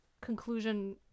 conclusion